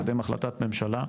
לקדם החלטת ממשלה,